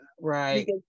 Right